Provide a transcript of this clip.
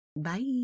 Bye